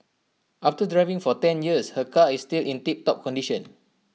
after driving for ten years her car is still in tiptop condition